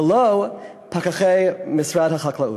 ולא פקחי משרד החקלאות.